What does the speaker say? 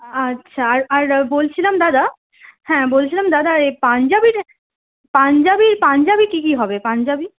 আচ্ছা আর আর বলছিলাম দাদা হ্যাঁ বলছিলাম দাদা এই পাঞ্জাবির পাঞ্জাবি পাঞ্জাবি কী কী হবে পাঞ্জাবি